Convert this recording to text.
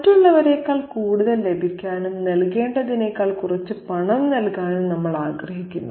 മറ്റുള്ളവരെക്കാൾ കൂടുതൽ ലഭിക്കാനും നൽകേണ്ടതിനേക്കാൾ കുറച്ച് പണം നൽകാനും നമ്മൾ ആഗ്രഹിക്കുന്നു